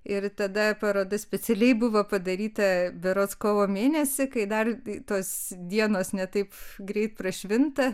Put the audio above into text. ir tada paroda specialiai buvo padaryta berods kovo mėnesį kai dar tos dienos ne taip greit prašvinta